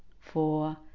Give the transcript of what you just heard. four